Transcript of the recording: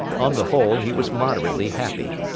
on the whole, he was moderately happy.